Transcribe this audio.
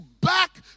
back